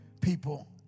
people